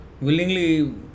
willingly